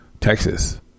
Texas